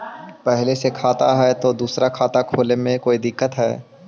पहले से खाता है तो दूसरा खाता खोले में कोई दिक्कत है?